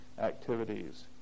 activities